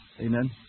Amen